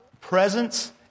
presence